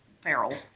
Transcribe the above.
feral